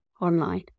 online